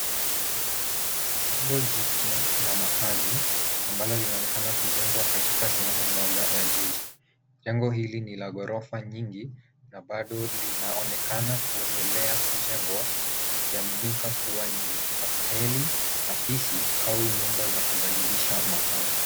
Jengo jipya la makazi ambalo linaonekana kujengwa katika sehemu moja ya jiji. Jengo hili ni la ghorofa nyingi na bado linaonekana kuendelea kujengwa likiaminika kuwa ni hoteli, afisi au nyumba za kubadilisha makazi.